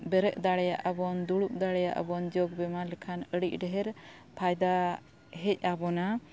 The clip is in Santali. ᱵᱮᱨᱮᱫ ᱫᱟᱲᱮᱭᱟᱜ ᱟᱵᱚᱱ ᱫᱩᱲᱩᱵ ᱫᱟᱲᱮᱭᱟᱜ ᱟᱵᱚᱱ ᱡᱚᱜ ᱵᱮᱭᱟᱢ ᱞᱮᱠᱷᱟᱱ ᱟᱹᱰᱤ ᱰᱷᱮᱨ ᱯᱷᱟᱭᱫᱟ ᱦᱮᱡ ᱟᱵᱚᱱᱟ